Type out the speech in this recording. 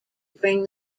bring